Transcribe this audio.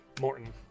Morton